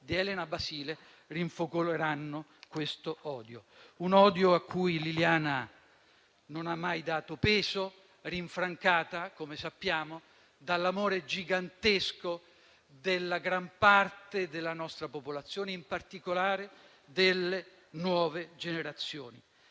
di Elena Basile rinfocoleranno questo odio, a cui Liliana non ha mai dato peso, rinfrancata - come sappiamo - dall'amore gigantesco della gran parte della nostra popolazione, in particolare delle nuove generazioni,